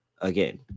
again